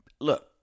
look